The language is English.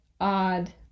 odd